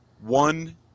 One